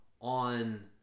on